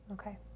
Okay